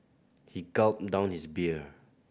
he gulped down his beer